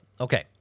Okay